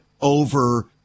over